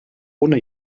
ohne